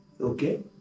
Okay